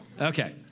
Okay